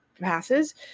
passes